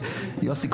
יוסי,